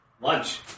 Lunch